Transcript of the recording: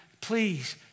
please